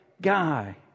guy